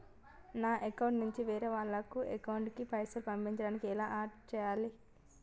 నా అకౌంట్ నుంచి వేరే వాళ్ల అకౌంట్ కి పైసలు పంపించడానికి ఎలా ఆడ్ చేయాలి?